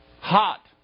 Hot